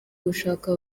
gushaka